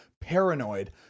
paranoid